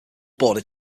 border